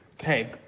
Okay